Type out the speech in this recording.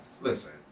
Listen